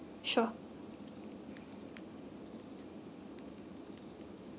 sure